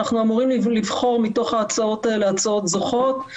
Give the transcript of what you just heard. אנחנו אמורים לבחור מתוך ההצעות האלה הצעות זוכות,